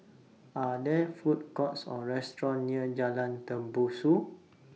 Are There Food Courts Or restaurants near Jalan Tembusu